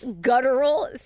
guttural